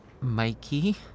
Mikey